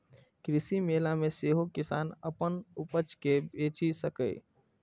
कृषि मेला मे सेहो किसान अपन उपज कें बेचि सकैए